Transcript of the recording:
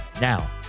Now